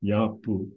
Yapu